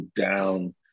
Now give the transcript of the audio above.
down